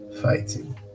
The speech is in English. fighting